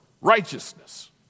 Righteousness